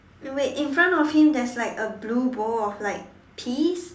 no wait in front of him there is like a blue bowl of like peas